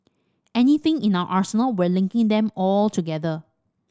anything in our arsenal we're linking them all together